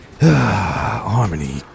Harmony